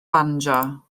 banjo